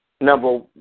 Number